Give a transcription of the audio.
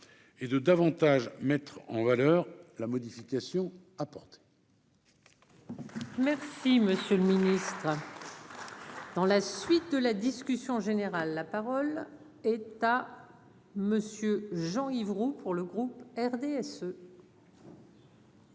et de davantage mettre en valeur la modification apportée. Merci, monsieur le Ministre, dans la suite. De la discussion générale, la parole est à monsieur Jean Roux pour le groupe RDSE.